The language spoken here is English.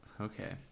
Okay